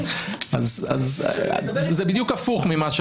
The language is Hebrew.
בזה אני